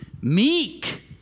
meek